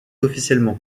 officiellement